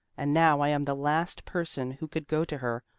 and now i am the last person who could go to her.